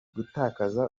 gutakaza